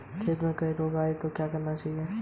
खेत में कोई रोग आये तो क्या करना चाहिए?